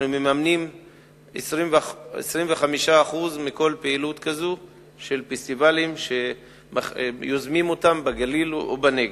אנחנו מממנים 25% מכל פעילות כזאת של פסטיבלים שיוזמים בגליל ובנגב.